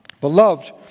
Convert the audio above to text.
Beloved